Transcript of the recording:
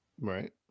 Right